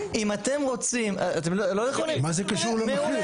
מה זה קשור למחיר?